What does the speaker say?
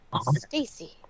Stacy